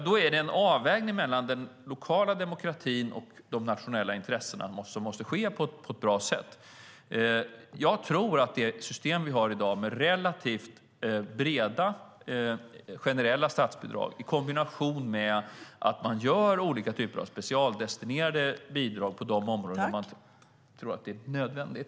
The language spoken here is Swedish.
Då måste en avvägning mellan den lokala demokratin och de nationella intressena ske på ett bra sätt. Det system vi har i dag innebär relativt breda generella statsbidrag i kombination med olika typer av specialdestinerade bidrag på de områden där man tror att det är nödvändigt.